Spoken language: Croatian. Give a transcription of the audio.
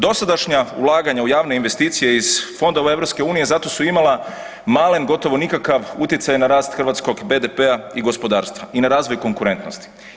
Dosadašnja ulaganja u javne investicije iz fondova EU zato su imala malen gotovo nikakav utjecaj na hrvatskog BDP-a i gospodarstva i na razvoj konkurentnosti.